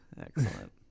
Excellent